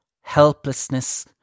helplessness